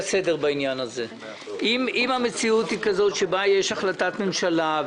אם המציאות היא כזאת שבה יש החלטת ממשלה,